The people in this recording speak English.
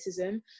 racism